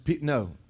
No